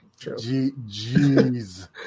Jeez